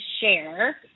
share